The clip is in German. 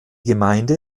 gemeinde